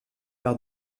par